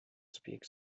speak